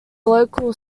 local